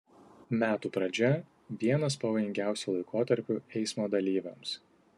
metų pradžia vienas pavojingiausių laikotarpių eismo dalyviams